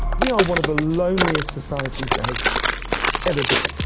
we are one of the loneliest societies that has ever been.